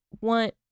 want